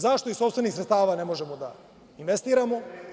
Zašto iz sopstvenih sredstava ne možemo da investiramo?